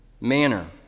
manner